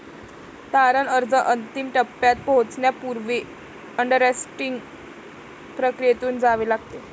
तारण अर्ज अंतिम टप्प्यात पोहोचण्यापूर्वी अंडररायटिंग प्रक्रियेतून जावे लागते